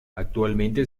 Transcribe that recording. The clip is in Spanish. actualmente